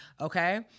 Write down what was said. Okay